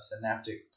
synaptic